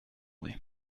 lui